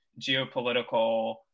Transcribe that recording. geopolitical